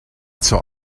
zur